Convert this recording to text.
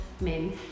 men